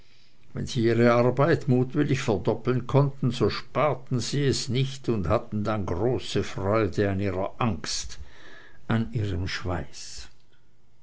wenn sie ihre arbeit mutwillig verdoppeln konnten so sparten sie es nicht und hatten dann große freude an ihrer angst an ihrem schweiß